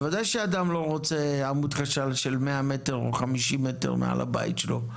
בוודאי שאדם לא רוצה עמוד חשמל של מאה או חמישים מטר מעל הבית שלו,